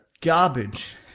Garbage